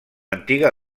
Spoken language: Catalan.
antiga